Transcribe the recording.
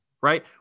right